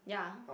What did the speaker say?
yeah